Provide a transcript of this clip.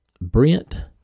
Brent